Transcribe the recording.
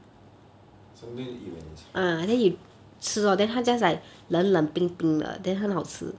something you eat when it's hot